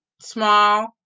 small